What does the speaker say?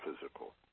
physical